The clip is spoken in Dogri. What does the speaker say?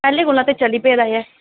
आं पैह्लें कोला ते चली पेदा ऐ